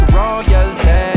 royalty